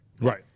Right